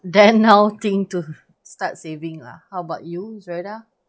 then now think to start saving lah how about you zuraidah